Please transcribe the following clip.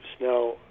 Now